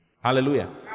Hallelujah